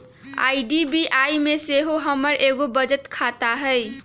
IDBI में सेहो हमर एगो बचत खता हइ